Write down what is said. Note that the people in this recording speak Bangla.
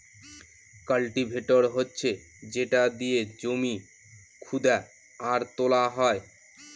কাল্টিভেটর হচ্ছে যেটা দিয়ে জমি খুদা আর তোলা হয়